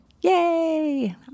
Yay